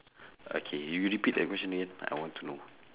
okay you repeat the question again I want to know